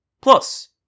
Plus